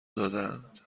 دادند